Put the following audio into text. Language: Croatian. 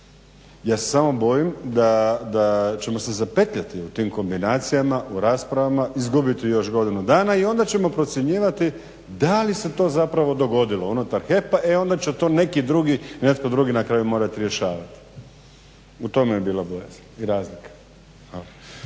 Ja se samo bojim da ćemo se zapetljati u tim kombinacijama, u raspravama, izgubiti još godinu dana i onda ćemo procjenjivati da li se to zapravo dogodilo unutar HEP-a i onda će to neki drugi, netko drugi na kraju morati rješavati. U tome je bila bojazan i razlika.